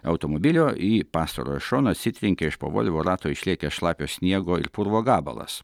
automobilio į pastarojo šoną atsitrenkė iš po volvo rato išlėkęs šlapio sniego ir purvo gabalas